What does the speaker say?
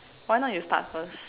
why not you start first